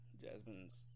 Jasmine's